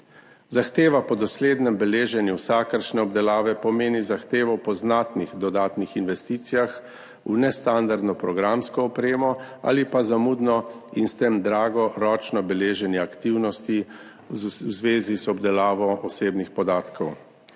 Zahteva po doslednem beleženju vsakršne obdelave pomeni zahtevo po znatnih dodatnih investicijah v nestandardno programsko opremo ali pa zamudno in s tem drago ročno beleženje aktivnosti v zvezi z obdelavo osebnih podatkov.